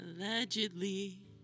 Allegedly